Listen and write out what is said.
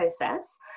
process